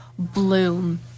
bloom